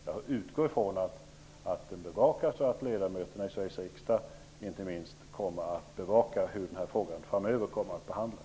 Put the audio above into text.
Jag utgår ifrån att inte minst ledamöterna i Sveriges riksdag kommer att bevaka hur denna fråga framöver behandlas.